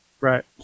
right